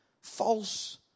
false